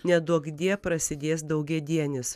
neduokdie prasidės daugiadienis